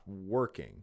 working